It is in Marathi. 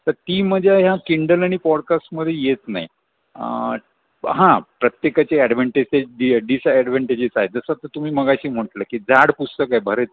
तर ती मजा ह्या किंडल आणि पॉडकास्टमध्ये येत नाही आं हां प्रत्येकाचे ॲडव्हॅंटेसेस डिअ डिसॲडव्हॅंटेजेस आहे जसं आता तुम्ही मगाशी म्हटलं की जाड पुस्तक आहे बरेच